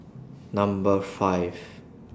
Number five